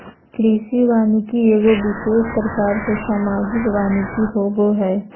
कृषि वानिकी एगो विशेष प्रकार के सामाजिक वानिकी होबो हइ